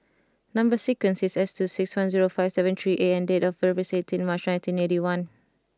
number sequence is S two six one zero five seven three A and date of birth is eighteen March nineteen eighty one